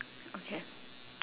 okay